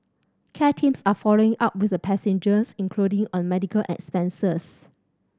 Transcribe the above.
care teams are following up with the passengers including on medical expenses